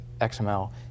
xml